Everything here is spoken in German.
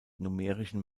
numerischen